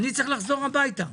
אני צריך לחזור הביתה.